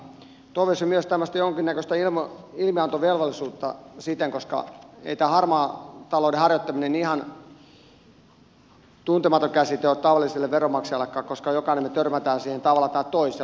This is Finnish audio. toivoisin myös tämmöistä jonkinnäköistä ilmiantovelvollisuutta koska ei tämä harmaan talouden harjoittaminen ihan tuntematon käsite ole tavalliselle veronmaksajallekaan koska jokainen meistä törmää siihen tavalla tai toisella